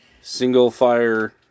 single-fire